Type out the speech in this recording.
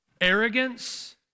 Arrogance